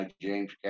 James